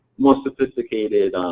more sophisticated,